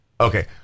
Okay